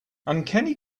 uncanny